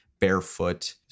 barefoot